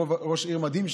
יש להם ראש עיר מדהים,